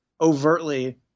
overtly